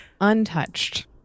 untouched